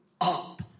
up